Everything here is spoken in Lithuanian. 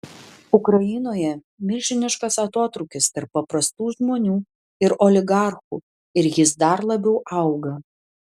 ukrainoje milžiniškas atotrūkis tarp paprastų žmonių ir oligarchų ir jis dar labiau auga